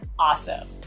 Awesome